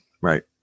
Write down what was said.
Right